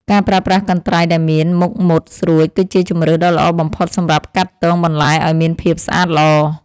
ការប្រើប្រាស់កន្ត្រៃដែលមានមុខមុតស្រួចគឺជាជម្រើសដ៏ល្អបំផុតសម្រាប់កាត់ទងបន្លែឱ្យមានភាពស្អាតល្អ។